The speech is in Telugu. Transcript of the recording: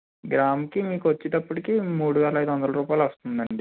గ్రామ్కి మీకు వచ్చేటప్పుడికి మూడు వేల ఐదు వందల రూపాయలు వస్తుంది అండి